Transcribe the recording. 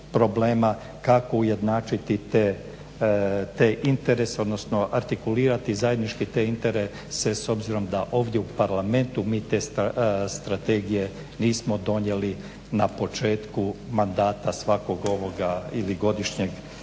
kako ujednačiti te interese odnosno artikulirati zajednički te interese s obzirom da ovdje Parlamentu mi te strategije nismo donijeli na početku mandata svakog ovog ili godišnjih